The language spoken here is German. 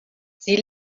sie